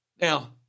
Now